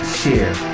share